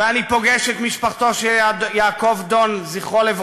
ואני פוגש את משפחתו של יעקב דון ז"ל,